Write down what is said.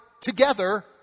together